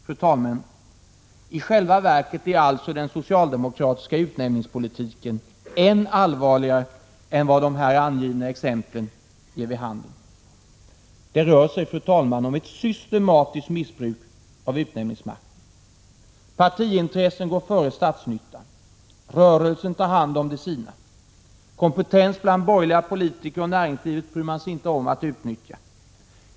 Fru talman! I själva verket är alltså den socialdemokratiska utnämningspolitiken ännu allvarligare än vad de här angivna exemplen ger vid handen. Det rör sig om ett systematiskt missbruk av utnämningsmakten. Partiintressen går före statsnyttan. Rörelsen tar hand om de sina. Kompetensen bland borgerliga politiker och näringslivet bryr man sig inte om att utnyttja.